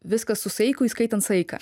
viskas su saiku įskaitant saiką